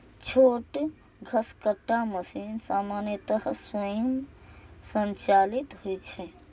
छोट घसकट्टा मशीन सामान्यतः स्वयं संचालित होइ छै